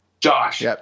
josh